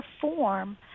form